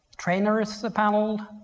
trainers panel,